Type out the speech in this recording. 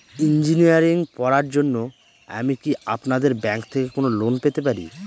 Engineering পড়ার জন্য আমি কি আপনাদের ব্যাঙ্ক থেকে কোন লোন পেতে পারি?